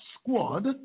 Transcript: squad